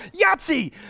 Yahtzee